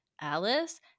Alice